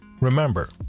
Remember